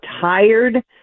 tired